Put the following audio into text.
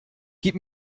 gib